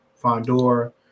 fondor